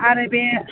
आरो बे